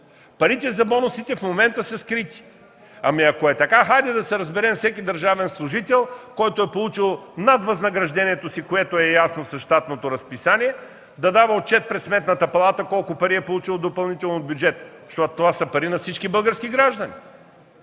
Парите за бонусите в момента са скрити. Ами, ако е така, да се разберем всеки държавен служител, който е получил над възнаграждението си, което е ясно с щатното разписание, да дава отчет пред Сметната палата колко пари е получил допълнително от бюджета, защото това са пари на всички български граждани.